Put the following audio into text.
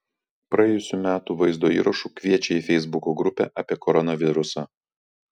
praėjusių metų vaizdo įrašu kviečia į feisbuko grupę apie koronavirusą